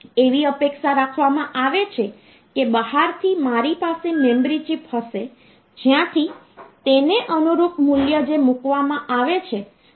એવી અપેક્ષા રાખવામાં આવે છે કે બહારથી મારી પાસે મેમરી ચિપ હશે જ્યાંથી તેને અનુરૂપ મૂલ્ય જે મૂકવામાં આવે છે તે સૂચના હોય છે